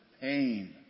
pain